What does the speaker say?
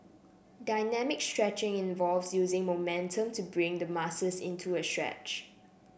dynamic stretching involves using momentum to bring the muscles into a stretch